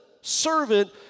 servant